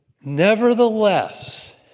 Nevertheless